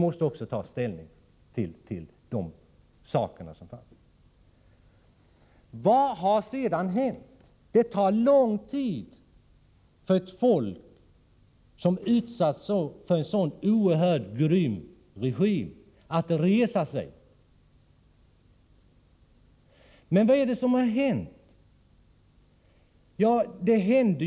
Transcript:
Det tar lång tid för ett folk som utsatts för en sådan oerhört grym regim att resa sig. Vad har då hänt sedan?